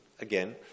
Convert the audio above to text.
again